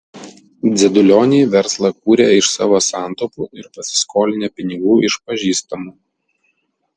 dzedulioniai verslą kūrė iš savo santaupų ir pasiskolinę pinigų iš pažįstamų